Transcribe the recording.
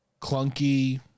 clunky